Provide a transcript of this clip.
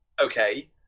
okay